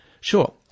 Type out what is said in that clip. Sure